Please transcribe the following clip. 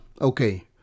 okay